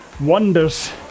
wonders